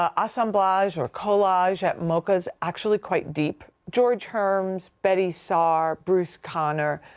ah, assemblage or collage at moca's actually quite deep. george herms, betye saar, bruce conner,